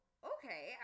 okay